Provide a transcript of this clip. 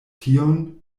tion